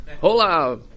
Hola